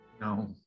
No